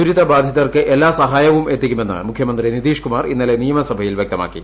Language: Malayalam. ദുരിതബാധിതർക്ക് എല്ലാ സഹായവും എത്തിക്കുമെന്നും മുഖ്യമന്ത്രി നിതീഷ് കുമാർ ഇന്നലെ നിയമസഭയിൽ വൃക്തമാക്കി